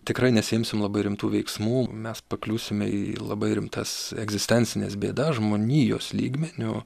tikrai nesiimsim labai rimtų veiksmų mes pakliūsime į labai rimtas egzistencines bėdas žmonijos lygmeniu